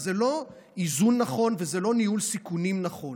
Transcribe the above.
וזה לא איזון נכון וזה לא ניהול סיכונים נכון.